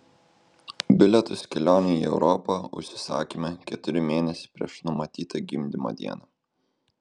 bilietus kelionei į europą užsisakėme keturi mėnesiai prieš numatytą gimdymo dieną